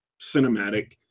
cinematic